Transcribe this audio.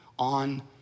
on